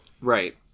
Right